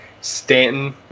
Stanton